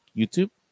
YouTube